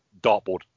dartboard